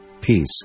peace